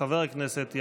חבר הכנסת,